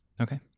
Okay